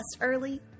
early